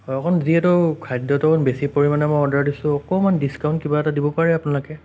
অকণ যিহেতু খাদ্যটো বেছি পৰিমাণে মই অৰ্ডাৰ দিছোঁ অকণমান ডিচকাউণ্ট কিবা এটা দিব পাৰে আপোনালোকে